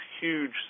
huge